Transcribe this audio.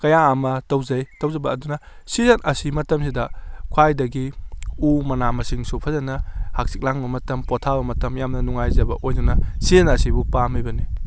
ꯀꯌꯥ ꯑꯃ ꯇꯧꯖꯩ ꯇꯧꯖꯕ ꯑꯗꯨꯅ ꯁꯤꯖꯟ ꯑꯁꯤ ꯃꯇꯝꯁꯤꯗ ꯈ꯭ꯋꯥꯏꯗꯒꯤ ꯎ ꯃꯅꯥ ꯃꯁꯤꯡꯁꯨ ꯐꯖꯅ ꯍꯪꯆꯤꯠ ꯂꯥꯡꯕ ꯃꯇꯝ ꯄꯣꯊꯥꯕ ꯃꯇꯝ ꯌꯥꯝꯅ ꯅꯨꯡꯉꯥꯏꯖꯕ ꯑꯣꯏꯗꯨꯅ ꯁꯤꯖꯟ ꯑꯁꯤꯕꯨ ꯄꯥꯝꯂꯤꯕꯅꯤ